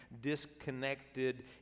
disconnected